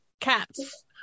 cats